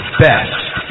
best